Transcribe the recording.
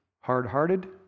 hard-hearted